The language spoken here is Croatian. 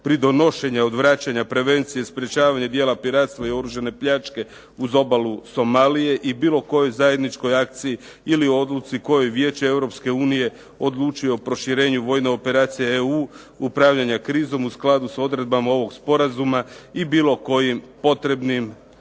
pridonošenja odvraćanja, prevencije sprječavanja dijela piratstva i oružane pljačke uz obalu Somalije i bilo kojoj zajedničkoj akciji ili odluci koju Vijeće Europske unije odlučuje o proširenju vojne operacije EU upravljanja krizom u skladu sa odredbama ovog sporazuma i bilo kojim potrebnim